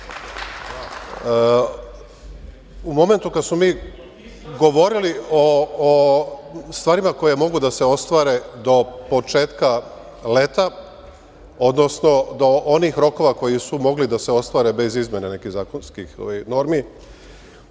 momentu kada smo mi govorili o stvarima koje mogu da se ostvare do početka leta, odnosno do onih rokova koji su mogli da se ostvare bez izmena nekih zakonskih normi,